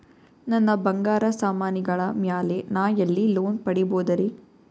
ನನ್ನ ಬಂಗಾರ ಸಾಮಾನಿಗಳ ಮ್ಯಾಲೆ ನಾ ಎಲ್ಲಿ ಲೋನ್ ಪಡಿಬೋದರಿ?